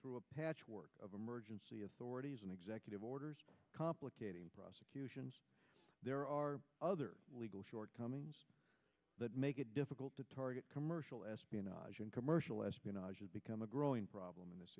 through a patchwork of emergency authorities and executive orders complicating prosecutions there are other legal shortcomings that make it difficult to target commercial espionage and commercial espionage has become a growing problem in this